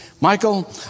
Michael